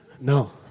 No